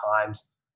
times